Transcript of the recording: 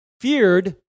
feared